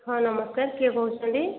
ହଁ ନମସ୍କାର କିଏ କହୁଛନ୍ତି